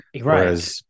Right